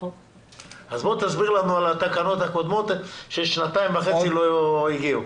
אז תסביר לנו על התקנות הקודמות ששנתיים וחצי לא הגיעו.